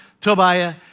Tobiah